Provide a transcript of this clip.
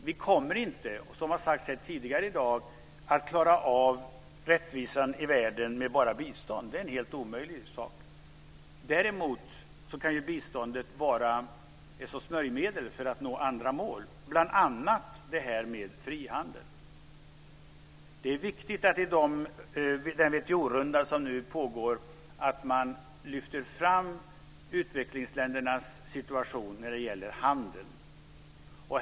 Vi kommer inte, som har sagts här tidigare i dag, att klara av rättvisan i världen med bara bistånd. Det är en helt omöjlig sak. Däremot kan biståndet vara smörjmedel för att nå andra mål, bl.a. frihandel. Det är viktigt att man i den WTO-runda som nu pågår lyfter fram utvecklingsländernas situation när det gäller handeln.